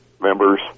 members